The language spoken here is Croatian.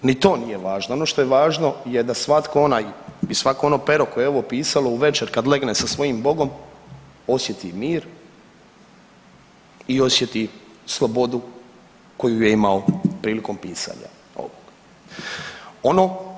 I čak ni to nije važno, ono što je važno je da svatko onaj i svako ono pero koje je ovo pisalo uvečer kad legne sa svojim Bogom osjeti mir i osjeti slobodu koju je imao prilikom pisanja ovog.